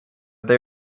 they